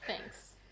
Thanks